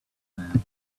man